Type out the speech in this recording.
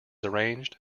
arranged